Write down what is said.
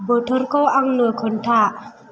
बोथोरखौ आंनो खोन्था